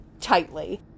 tightly